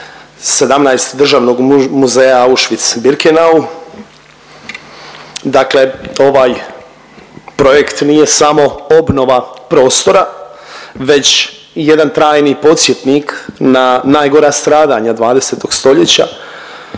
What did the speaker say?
17 Državnog muzeja Auschwitz-Birkenau. Dakle ovaj projekt nije samo obnova prostora već i jedan trajni podsjetnik na najgora stradanja 20.-og stoljeća